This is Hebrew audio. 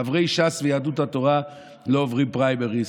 חברי ש"ס ויהדות התורה לא עוברים פריימריז,